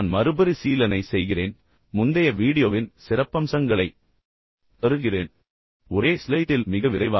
நான் மறுபரிசீலனை செய்கிறேன் முந்தைய வீடியோவின் சிறப்பம்சங்களைத் தருகிறேன் ஒரே ஸ்லைடில் மிக விரைவாக